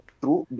true